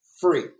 free